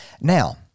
Now